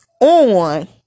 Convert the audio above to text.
on